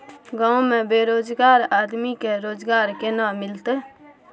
गांव में बेरोजगार आदमी के रोजगार केना मिलते?